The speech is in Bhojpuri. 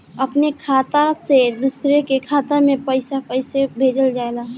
अपने खाता से दूसरे के खाता में कईसे पैसा भेजल जाला?